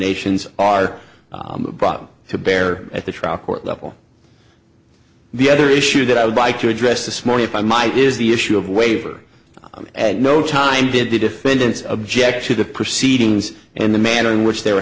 nations are brought to bear at the trial court level the other issue that i would like to address this morning if i might is the issue of waiver i mean at no time did the defendants object to the proceedings and the manner in which they were